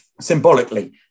symbolically